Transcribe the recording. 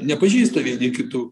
nepažįsta vieni kitų